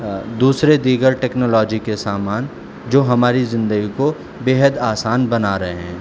دوسرے دیگر ٹیکنالوجی کے سامان جو ہماری زندگی کو بے حد آسان بنا رہے ہیں